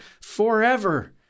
forever